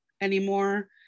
anymore